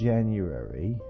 January